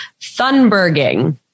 Thunberging